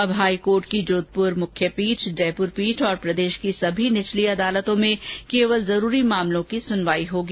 अब हाईकोर्ट की जोधपुर मुख्यपीठ जयपुर पीठ और प्रदेश की सभी निचली अदालतों में केवल जरूरी मामलों की सुनवाई होगी